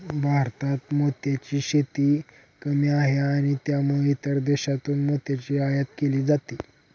भारतात मोत्यांची शेती कमी आहे आणि त्यामुळे इतर देशांतून मोत्यांची आयात केली जाते